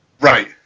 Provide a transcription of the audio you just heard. Right